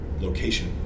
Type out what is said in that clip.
Location